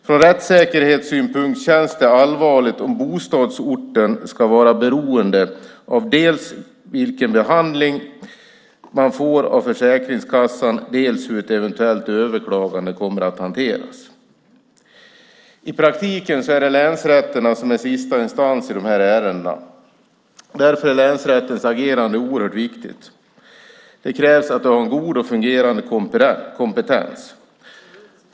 Från rättssäkerhetssynpunkt känns det allvarligt om bostadsorten ska vara beroende av dels vilken behandling som man får av Försäkringskassan, dels hur ett eventuellt överklagande kommer att hanteras. I praktiken är länsrätterna sista instans i sådana här ärenden. Därför är länsrätternas agerande oerhört viktigt. Det krävs att de har en god och fungerande kompetens.